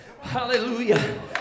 hallelujah